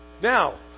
Now